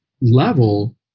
level